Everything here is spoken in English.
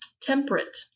Temperate